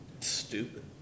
Stupid